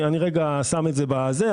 אני רגע שם את זה בזה.